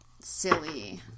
Silly